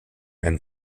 and